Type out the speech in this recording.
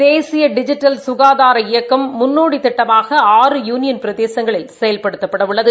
தேசிய டிஜிட்டல் சுகாதார இயக்கம் முன்னோடி திட்டமாக ஆறு யுளியன் பிரதேசங்களில் செயல்படுத்தப்பட உள்ளது